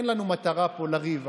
אין לנו מטרה פה לריב.